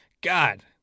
God